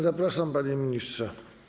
Zapraszam, panie ministrze.